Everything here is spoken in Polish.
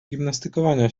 gimnastykowania